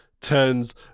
Turns